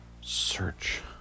search